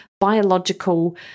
biological